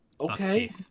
Okay